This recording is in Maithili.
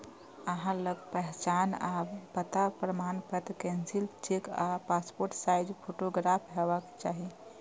अहां लग पहचान आ पता प्रमाणपत्र, कैंसिल्ड चेक आ पासपोर्ट साइज फोटोग्राफ हेबाक चाही